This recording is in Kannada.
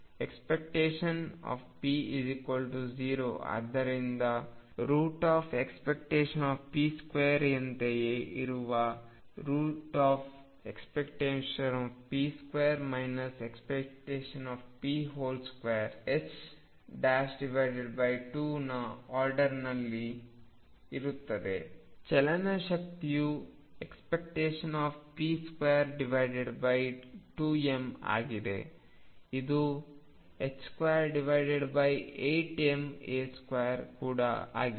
⟨p⟩0 ಆದ್ದರಿಂದ ⟨p2⟩ ಯಂತೆಯೇ ಇರುವ ⟨p2⟩ ⟨p⟩2 2 ನ ಆರ್ಡರ್ನಲ್ಲಿ ಇರುತ್ತದೆ ಚಲನಶಕ್ತಿಯು ⟨p2⟩2m ಆಗಿದೆ ಇದು 28ma2 ಕೂಡ ಆಗಿದೆ